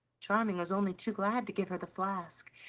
charming was only too glad to give her the flask,